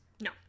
No